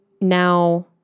now